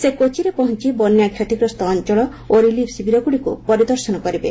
ସେ କୋଚିରେ ପହଞ୍ଚି ବନ୍ୟା କ୍ଷତିଗ୍ରସ୍ତ ଅଞ୍ଚଳ ଓ ରିଲିଫ୍ ସିବିରଗ୍ରଡ଼ିକ୍ ପରିଦର୍ଶନ କରିବେ